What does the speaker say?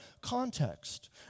context